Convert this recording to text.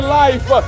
life